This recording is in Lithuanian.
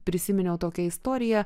prisiminiau tokią istoriją